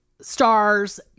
stars